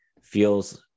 feels